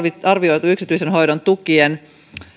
arvioitu yksityisen hoidon tukien